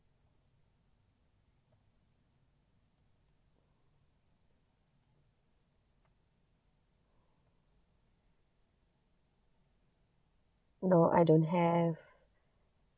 no I don't have